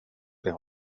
det